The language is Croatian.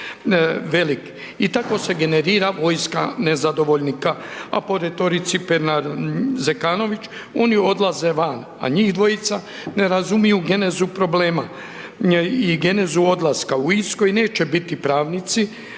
i tako se generira vojska nezadovoljnika, a po retorici Pernar Zekanović oni odlaze van, a njih dvojica ne razumiju genezu problema i genezu odlaska u Irskoj neće biti pravnici,